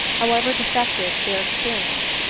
however defective their experi ence,